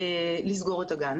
לסגור את הגן